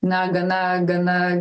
na gana gana